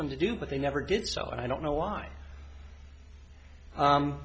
them to do but they never did so i don't know why